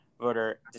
voter